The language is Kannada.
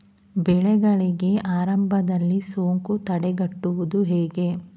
ಬೆಳೆಗಳಿಗೆ ಆರಂಭದಲ್ಲಿ ಸೋಂಕು ತಡೆಗಟ್ಟುವುದು ಹೇಗೆ?